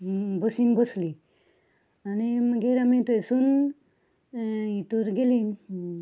बशीन बसलीं आनी मागीर आमी थंयसून हितूर गेलीं